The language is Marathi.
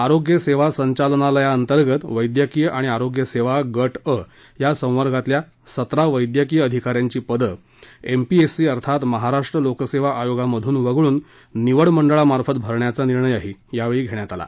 आरोग्य सेवा संचालनालअंतर्गत वैद्यकीय आणि आरोग्य सेवा गट अ या संवर्गातल्या वैद्यकीय अधिकाऱ्यांची पदं एमपीएस अर्थात महाराष्ट्र लोकसेवा आयोग मधून वगळून निवड मंडळामार्फत भरण्याचा निर्णयही यावेळी घेण्यात आला